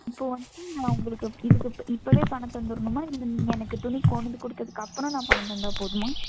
இப்போது வந்துட்டு நான் உங்களுக்கு இதுக்கு இப் இப்போவே பணம் தந்துடணுமா இல்லை நீங்கள் எனக்கு துணி கொண்டு வந்து கொடுத்ததுக்கப்புறம் நான் பணம் தந்தால் போதுமா